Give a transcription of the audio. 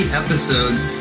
episodes